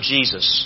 Jesus